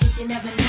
endeavor